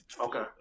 okay